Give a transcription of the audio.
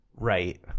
Right